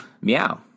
Meow